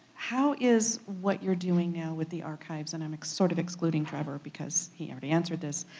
how is what you're doing now with the archives, and i'm like sort of excluding trevor because he already answered this,